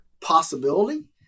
possibility